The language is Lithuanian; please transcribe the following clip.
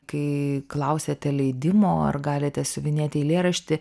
kai klausėte leidimo ar galite siuvinėti eilėraštį